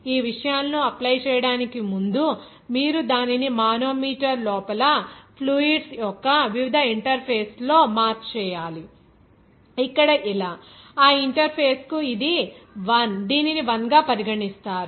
ఈ విషయాలను అప్లై చేయడానికి ముందు మీరు దానిని మానోమీటర్ లోపల ఫ్లూయిడ్స్ యొక్క వివిధ ఇంటర్ఫేస్లలో మార్క్ చేయాలి ఇక్కడ ఇలా ఆ ఇంటర్ఫేస్ కు ఇది 1 దీనిని 1 గా పరిగణిస్తారు